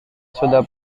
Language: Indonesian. sudah